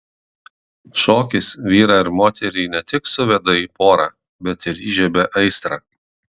šokis vyrą ir moterį ne tik suveda į porą bet ir įžiebia aistrą